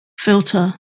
filter